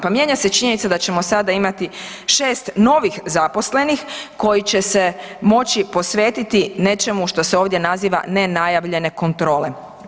Pa mijenja se činjenica da ćemo sada imati 6 novih zaposlenih koji će se moći posvetiti nečemu što se ovdje naziva nenajavljene kontrole.